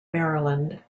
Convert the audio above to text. maryland